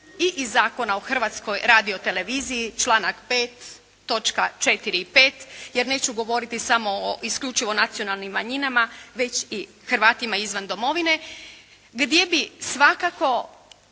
i iz Zakona o Hrvatskoj radioteleviziji, članak 5. točka 4. i 5. jer neću govoriti samo o isključivo nacionalnim manjinama, već i Hrvatima izvan domovine gdje bi svakako